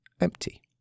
empty